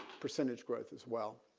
percentage growth as well.